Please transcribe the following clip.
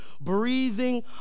Breathing